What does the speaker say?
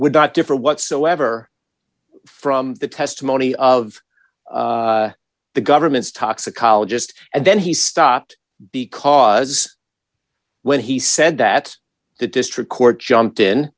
would not differ whatsoever from the testimony of the government's toxicologist and then he stopped because when he said that the district court jumped in